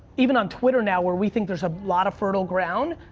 even on twitter now where we think there's a lot of fertile ground,